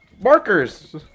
Markers